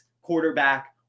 quarterback